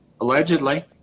Allegedly